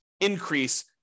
increase